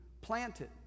planted